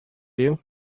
you